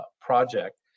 project